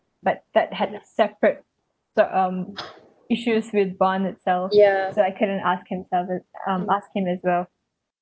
but that had separate the um issues with bond itself so I couldn't ask him sometimes um ask him as well